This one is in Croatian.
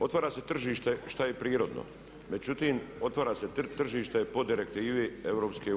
Otvara se tržište šta je i prirodno, međutim otvara se tržište po direktivi EU.